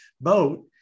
boat